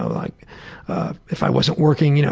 ah like if i wasn't working. you know